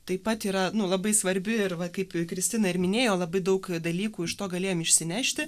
taip pat yra nu labai svarbi ir va kaip kristina ir minėjo labai daug dalykų iš to galėjom išsinešti